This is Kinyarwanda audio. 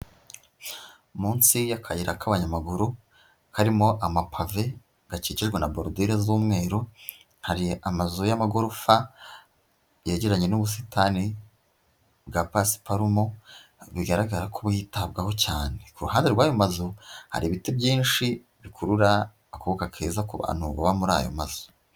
Munsi y'akayira k'abanyamaguru, karimo amapave, gakikijwe na barudire z'umweru, hari amazu y'amagorofa, yegeranye n'ubusitani bwa pasiparumu, bigaragara ko yitabwaho cyane. Ku ruhande rw'ayo mazu, hari ibiti byinshi, bikurura akuka keza ku bantu baba muri ayo mazu.